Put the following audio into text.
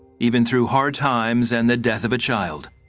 even through hard times, and the death of a child.